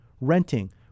renting